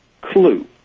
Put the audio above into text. clue